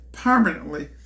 permanently